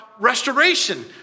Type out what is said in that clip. restoration